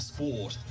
Sport